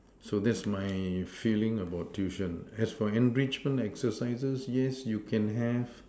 so that's my feeling about tuition as for enrichment exercises yes you can have